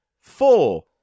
Four